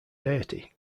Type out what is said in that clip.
deity